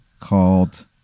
called